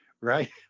right